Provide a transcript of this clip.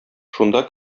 шунда